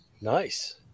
Nice